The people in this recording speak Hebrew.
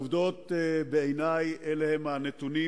העובדות, בעיני, הן הנתונים.